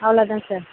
அவ்வளோ தான் சார்